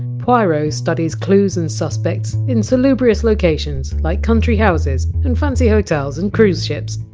poirot studies clues and suspects in salubrious locations like country houses and fancy hotels and cruise ships.